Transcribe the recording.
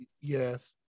yes